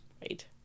Right